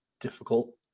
difficult